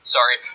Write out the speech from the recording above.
Sorry